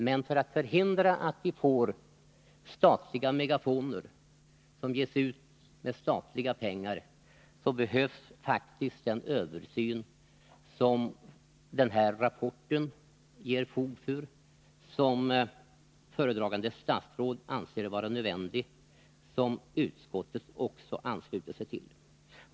Men för att förhindra att vi får statliga megafoner, så behövs faktiskt den översyn som den här rapporten ger fog för, som föredragande statsrådet anser vara nödvändig och som utskottet ansluter sig till.